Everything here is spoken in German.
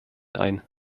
ein